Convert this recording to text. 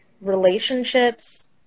relationships